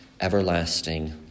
everlasting